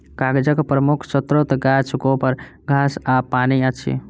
कागजक प्रमुख स्रोत गाछ, गोबर, घास आ पानि अछि